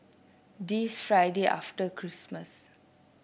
the Friday after Christmas